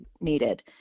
needed